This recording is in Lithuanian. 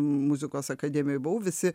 muzikos akademijoj buvau visi